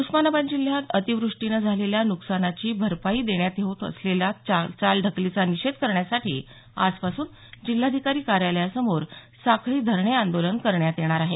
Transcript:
उस्मानाबाद जिल्ह्यात अतिवृष्टीने झालेल्या नुकसानीची भरपाई देण्यात होत असलेल्या चालढकलीचा निषेध करण्यासाठी आजपासून जिल्हाधिकारी कार्यालयासमोर साखळी धरणे आंदोलन करण्यात येणार आहे